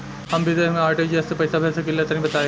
हम विदेस मे आर.टी.जी.एस से पईसा भेज सकिला तनि बताई?